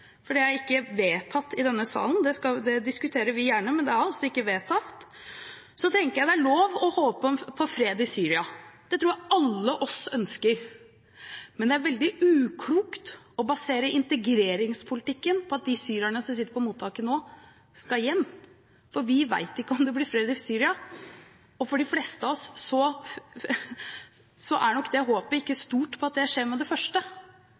Det er ikke vedtatt i denne salen. Vi diskuterer det gjerne, men det er ikke vedtatt. Så tenker jeg at det er lov å håpe på fred i Syria. Det tror jeg vi alle ønsker. Men det er veldig uklokt å basere integreringspolitikken på at de syrerne som sitter på mottak nå, skal hjem. Vi vet ikke om det blir fred i Syria, og for de fleste av oss er nok ikke håpet stort om at det skjer med det første.